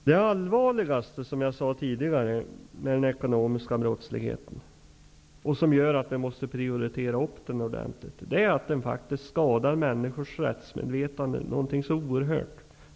Det allvarligaste med den ekonomiska brottsligheten är att den skadar människors rättsmedvetande oerhört mycket, därför måste den prioriteras.